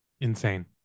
Insane